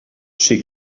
she